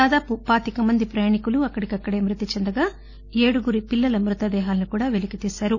దాదాపు పాతిక మంది ప్రయాణికులు అక్కడికక్కడే మరణించగా ఏడుగురి పిల్లల మృతదేహాలను కూడా పెలికితీశారు